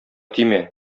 тимә